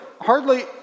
hardly